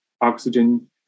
oxygen